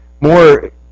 more